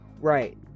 right